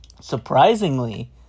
Surprisingly